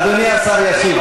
אדוני השר ישיב.